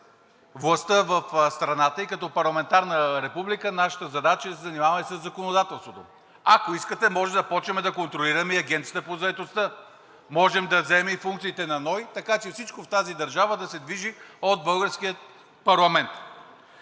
властта в страната и като парламентарна република нашата задача е да се занимаваме със законодателството. Ако искате, може да започнем да контролираме и Агенцията по заетостта, можем да вземем и функциите на НОИ, така че всичко в тази държава да се движи от българския парламент.